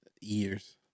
Years